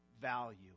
value